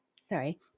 sorry